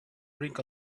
drink